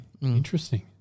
Interesting